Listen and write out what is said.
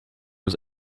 was